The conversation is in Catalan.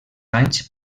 anys